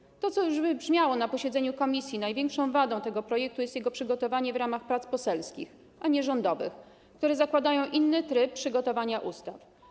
Chodzi o to, co już wybrzmiało na posiedzeniu komisji: największą wadą tego projektu jest jego przygotowanie w ramach prac poselskich, a nie rządowych, które zakładają inny tryb przygotowania ustaw.